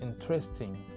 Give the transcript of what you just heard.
interesting